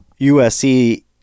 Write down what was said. USC